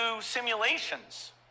simulations